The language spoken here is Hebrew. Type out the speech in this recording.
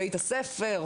בית הספר,